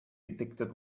addicted